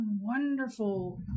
wonderful